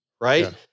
right